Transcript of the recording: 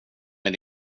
mig